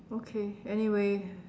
okay anyway